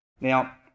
Now